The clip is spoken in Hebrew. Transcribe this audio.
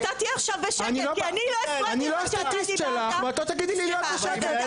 אני לא סטטיסט שלך ולא תגידי לי להיות בשקט.